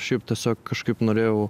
šiaip tiesiog kažkaip norėjau